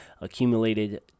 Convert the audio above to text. accumulated